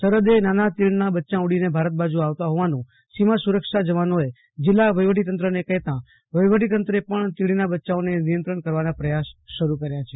સરહદે નાના તીડના બચ્યા ઉડીને ભારત બાજુ આવતા હોવાનું સીમા સુરક્ષા જવાનોએ જિલ્લા વહીવટીતંત્રને કહેતા વહીવટીતંત્રએ પણ તીડના બચ્ચાઓને નિયંત્રણ કરવાના પ્રયાસ શરૃ કર્યા છે